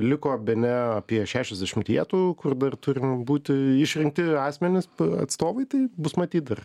liko bene apie šešiasdešimt vietų kur dar turim būti išrinkti asmenys atstovai tai bus matyt dar